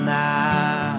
now